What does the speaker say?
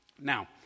now